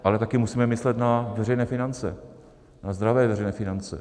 Ale taky musíme myslet na veřejné finance, na zdravé veřejné finance.